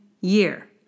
year